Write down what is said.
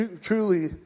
truly